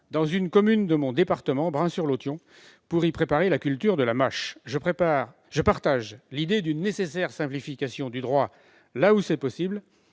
dans mon département de Maine-et-Loire, pour préparer la culture de la mâche. Je partage l'idée d'une nécessaire simplification du droit là où c'est possible.